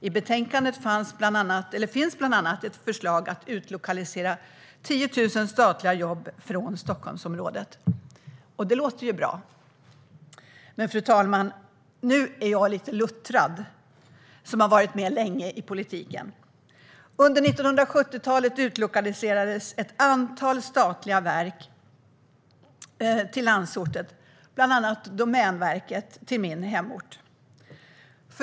I betänkandet finns bland annat ett förslag om att utlokalisera 10 000 statliga jobb från Stockholmsområdet, och det låter ju bra. Men, fru talman, nu är jag, som har varit med länge i politiken, lite luttrad. Under 1970-talet utlokaliserades ett antal statliga verk till landsorten, bland annat Domänverket till min hemort.